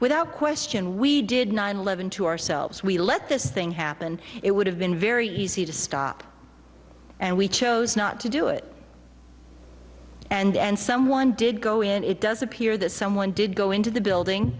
without question we did nine eleven to ourselves we let this thing happen it would have been very easy to stop and we chose not to do it and someone did go in and it does appear that someone did go into the building